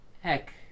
Heck